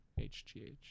HGH